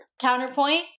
Counterpoint